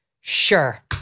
Sure